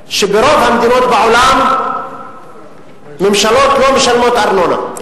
אף-על-פי שברוב המדינות בעולם ממשלות לא משלמות ארנונה.